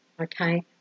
okay